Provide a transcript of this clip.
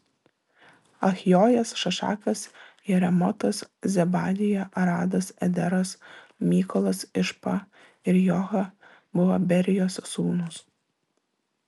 achjojas šašakas jeremotas zebadija aradas ederas mykolas išpa ir joha buvo berijos sūnūs